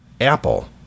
Apple